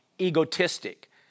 egotistic